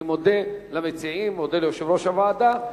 אני מודה למציעים, מודה ליושב-ראש הוועדה.